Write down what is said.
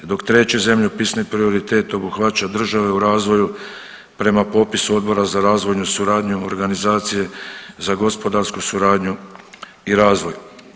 Dok treći zemljopisni prioritet obuhvaća države u razvoju prema popisu Odbora za razvojnu suradnju, organizacije za gospodarsku suradnju i razvoj.